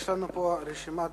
יש לנו פה רשימת דוברים.